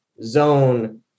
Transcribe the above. zone